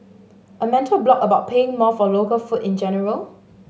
a mental block about paying more for local food in general